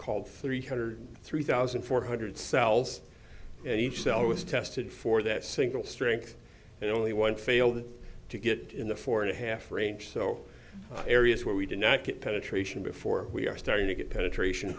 called three hundred three thousand four hundred cells and each cell was tested for that single strength and only one failed to get in the four and a half range so areas where we did not get penetration before we are starting to get penetration